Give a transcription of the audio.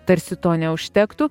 tarsi to neužtektų